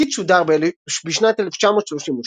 התסכית שודר בשנת 1938,